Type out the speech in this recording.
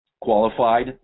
qualified